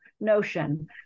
notion